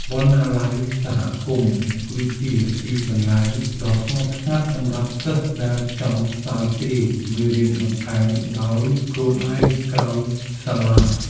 បណ្ណាល័យសហគមន៍គឺជាទីកន្លែងដ៏ស្ងប់ស្ងាត់សម្រាប់សិស្សដែលចង់ស្រាវជ្រាវមេរៀនបន្ថែមដោយខ្លួនឯងក្រោយសាលា។